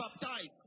baptized